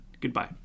goodbye